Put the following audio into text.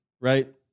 right